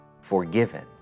forgiven